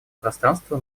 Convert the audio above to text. пространства